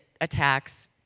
attacks